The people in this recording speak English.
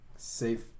safe